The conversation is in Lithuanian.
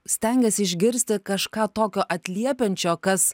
stengiasi išgirsti kažką tokio atliepiančio kas